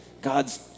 God's